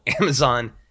Amazon